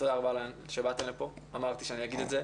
תודה רבה שבאתם לפה, אמרתי שאני אגיד את זה.